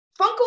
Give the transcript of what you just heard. Funko